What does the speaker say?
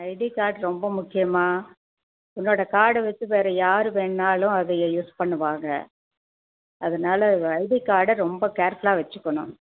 ID card ரொம்ப முக்கியம்மா உன்னோட கார்டு வச்சி வேறு யார் வேண்னாலும் அதை எ யூஸ் பண்ணுவாங்க அதனால் ஐடி கார்டை ரொம்ப கேர்ஃபுலாக வச்சிக்கணும்